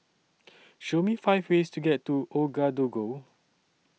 Show Me five ways to get to Ouagadougou